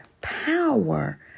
power